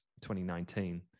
2019